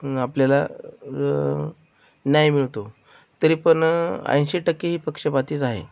आपल्याला न्याय मिळतो तरी पण ऐंशी टक्के ही पक्षपातीच आहे